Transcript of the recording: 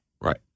Right